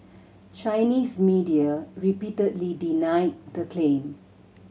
Chinese media repeatedly denied the claim